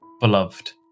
beloved